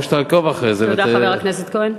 או שתעקוב אחרי זה, תודה, חבר הכנסת כהן.